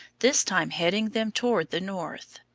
this time heading them toward the north.